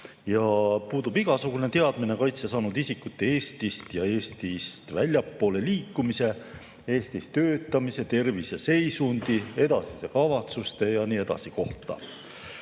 Puudub igasugune teadmine kaitse saanud isikute Eestis ja Eestist väljapoole liikumise, Eestis töötamise, terviseseisundi, edasiste kavatsuste ja muu sellise